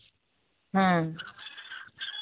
ᱦᱮᱸ